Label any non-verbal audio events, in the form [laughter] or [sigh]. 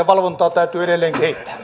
[unintelligible] valvontaa täytyy edelleen